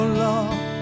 love